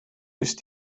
ist